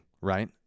right